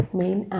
main